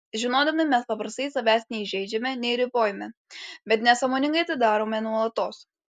žinodami mes paprastai savęs nei žeidžiame nei ribojame bet nesąmoningai tą darome nuolatos